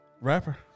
Rapper